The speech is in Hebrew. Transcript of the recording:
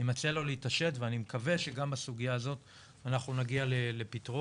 אני מציע לו להתעשת ואני מקווה שגם בסוגיה הזאת אנחנו נגיע לפתרון,